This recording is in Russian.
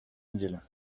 неделе